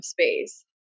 space